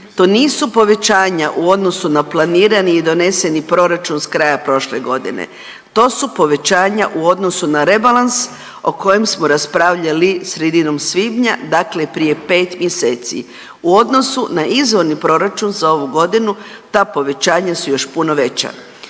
to nisu povećanja u odnosu na planirani i doneseni proračun s kraja prošle godine, to su povećanja u odnosu na rebalans o kojem smo raspravljali sredinom svibnja, dakle prije 5 mjeseci. U odnosu na izvorni proračun za ovu godinu, ta povećanja su još puno veća.